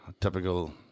typical